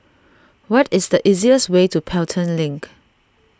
what is the easiest way to Pelton Link